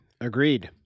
agreed